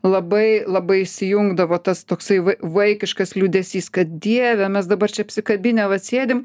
labai labai įsijungdavo tas toksai vaikiškas liūdesys kad dieve mes dabar čia apsikabinę vat sėdim